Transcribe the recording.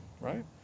right